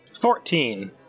Fourteen